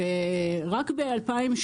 ורק ב-2017,